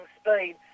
speed